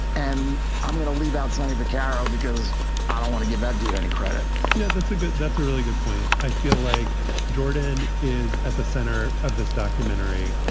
and i'm going to leave out sonny vaccaro because i don't want to give that dude any credit yeah, that's a good that's a really good point. i feel like jordan is at the center of this documentary.